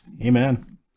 Amen